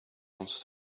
wants